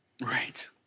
Right